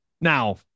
Now